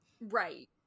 Right